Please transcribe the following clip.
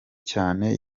cyane